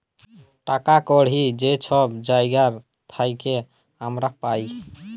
টাকা কড়হি যে ছব জায়গার থ্যাইকে আমরা পাই